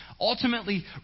ultimately